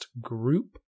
group